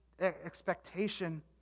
expectation